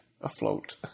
afloat